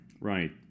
right